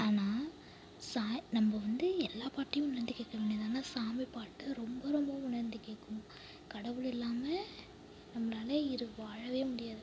ஆனால் நம்ம வந்து எல்லா பாட்டையும் உணர்ந்து கேட்க வேணாம் ஆனால் சாமி பாட்டை ரொம்ப ரொம்ப உணர்ந்து கேட்கணும் கடவுள் இல்லாமல் நம்மளால் வாழ முடியாது அதனால்